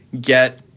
get